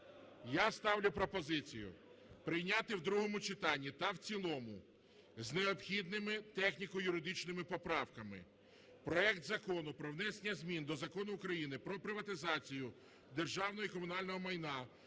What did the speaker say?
я ставлю пропозицію прийняти в другому читанні та в цілому з необхідними техніко-юридичними поправками проект Закону про внесення змін до Закону України "Про приватизацію державного і комунального майна"